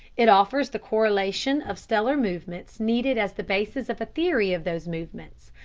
it offers the correlation of stellar movements needed as the basis of a theory of those movements,